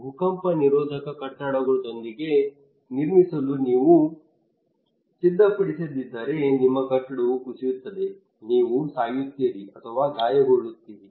ಭೂಕಂಪ ನಿರೋಧಕ ಕಟ್ಟಡದೊಂದಿಗೆ ನಿರ್ಮಿಸಲು ನೀವು ಸಿದ್ಧಪಡಿಸದಿದ್ದರೆ ನಿಮ್ಮ ಕಟ್ಟಡವು ಕುಸಿಯುತ್ತದೆ ನೀವು ಸಾಯುತ್ತೀರಿ ಅಥವಾ ಗಾಯಗೊಳ್ಳುತ್ತೀರಿ